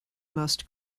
must